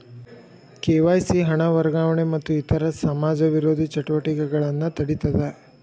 KYC ಹಣ ವರ್ಗಾವಣೆ ಮತ್ತ ಇತರ ಸಮಾಜ ವಿರೋಧಿ ಚಟುವಟಿಕೆಗಳನ್ನ ತಡೇತದ